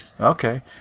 okay